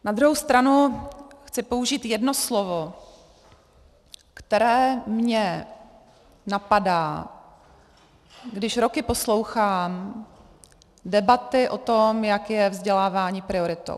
Na druhou stranu chci použít jedno slovo, které mě napadá, když roky poslouchám debaty o tom, jak je vzdělávání prioritou.